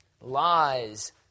Lies